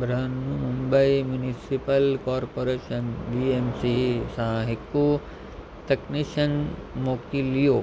Brihanmumbai municipal corporation B M C सां हिकु technician मोकिलियो